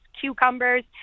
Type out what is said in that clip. cucumbers